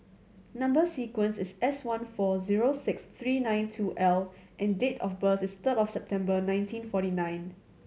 number sequence is S one four zero six three nine two L and date of birth is third of September nineteen forty nine